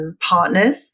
partners